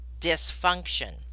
dysfunction